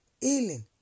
healing